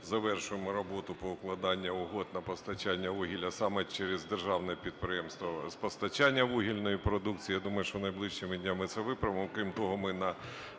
завершуємо роботу по укладанню угод на постачання вугілля саме через державне підприємство з постачання вугільної продукції. Я думаю, що найближчими днями ми це виправимо. Окрім того, ми після